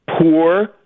poor